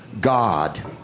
God